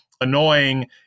annoying